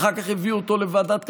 ואחר כך הביאו אותו לוועדת כלכלה,